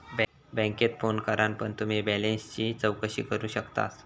बॅन्केत फोन करान पण तुम्ही बॅलेंसची चौकशी करू शकतास